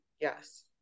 yes